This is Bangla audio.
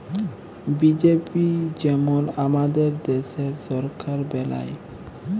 বিজেপি যেমল আমাদের দ্যাশের সরকার বেলায়